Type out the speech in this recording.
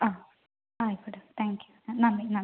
ആ ആയിക്കോട്ടെ thank you നന്ദി നന്ദി